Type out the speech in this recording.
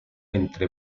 entre